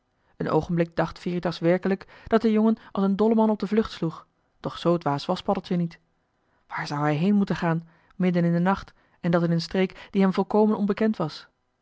een oogenblik dacht veritas werkelijk dat de jongen als een dolleman op de vlucht sloeg doch zoo dwaas was paddeltje niet waar zou hij heen moeten gaan midden in den nacht en dat in een streek die hem volkomen onbekend was